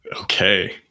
Okay